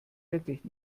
wirklich